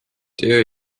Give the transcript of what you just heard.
töö